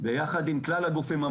ויחד עם כלל הגופים,